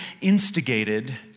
instigated